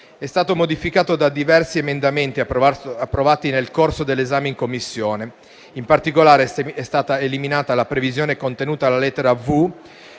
è stato modificato da diversi emendamenti approvati nel corso dell'esame in Commissione. In particolare, è stata eliminata la previsione contenuta alla lettera